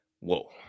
Whoa